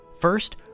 First